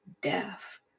deaf